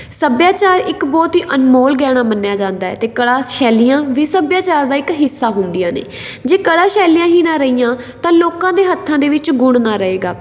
ਸੱਭਿਆਚਾਰ ਇੱਕ ਬਹੁਤ ਹੀ ਅਨਮੋਲ ਗਹਿਣਾ ਮੰਨਿਆ ਜਾਂਦਾ ਹੈ ਅਤੇ ਕਲਾ ਸ਼ੈਲੀਆਂ ਵੀ ਸੱਭਿਆਚਾਰ ਦਾ ਇੱਕ ਹਿੱਸਾ ਹੁੰਦੀਆਂ ਨੇ ਜੇ ਕਲਾ ਸ਼ੈਲੀਆਂ ਹੀ ਨਾ ਰਹੀਆਂ ਤਾਂ ਲੋਕਾਂ ਦੇ ਹੱਥਾਂ ਦੇ ਵਿੱਚ ਗੁਣ ਨਾ ਰਹੇਗਾ